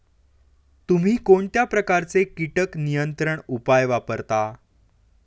तुम्ही कोणत्या प्रकारचे कीटक नियंत्रण उपाय वापरता?